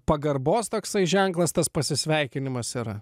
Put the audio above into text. pagarbos toksai ženklas tas pasisveikinimas yra